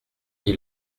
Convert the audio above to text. dit